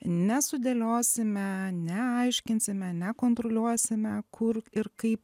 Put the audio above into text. nesudėliosime neaiškinsime nekontroliuosime kur ir kaip